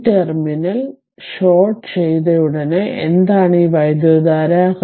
അതിനാൽ ഈ terminal short ചെയ്തയുടനെ എന്താണ് ഈ വൈദ്യുതധാര